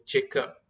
Jacob